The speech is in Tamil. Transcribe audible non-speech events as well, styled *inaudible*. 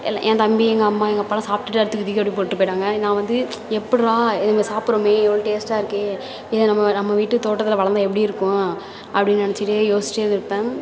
எல்லாம் என் தம்பி எங்கள் அம்மா எங்கள் அப்பாவெலாம் சாப்பிடுட்டு *unintelligible* தூக்கி தூக்கி அப்படியே போட்டுவிட்டு போயிடுவாங்க நான் வந்து எப்பிட்றா இதை நம்ம சாப்பிடறோமே எவ்வளோ டேஸ்ட்டாக இருக்கே இத நம்ம நம்ம வீட்டு தோட்டத்தில் வளர்ந்தா எப்படி இருக்கும் அப்படின்னு நெனைச்சிட்டே யோசிச்சுட்டே இருப்பேன்